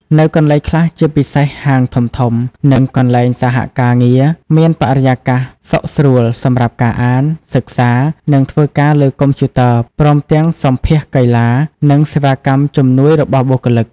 នៅកន្លែងខ្លះជាពិសេសហាងធំៗ និងកន្លែងសហការងារមានបរិយាកាសសុខស្រួល សំរាប់ការអាន សិក្សា និងធ្វើការលើកុំព្យូទ័រ ព្រមទាំងសម្ភាសន៍កីឡា និងសេវាកម្មជំនួយរបស់បុគ្គលិក។